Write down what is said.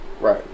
Right